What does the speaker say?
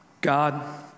God